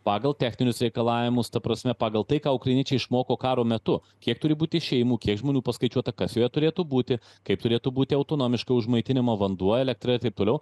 pagal techninius reikalavimus ta prasme pagal tai ką ukrainiečiai išmoko karo metu kiek turi būti šeimų kiek žmonių paskaičiuota kas joje turėtų būti kaip turėtų būti autonomiška už maitinimą vanduo elektra ir taip toliau